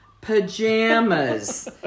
pajamas